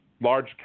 large